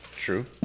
true